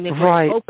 Right